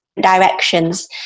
directions